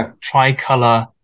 tricolor